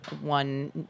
one